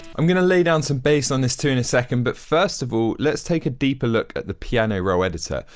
i'm going to lay down some bass on this too in a second. but first of all, let's take a deeper look at the piano roll editor.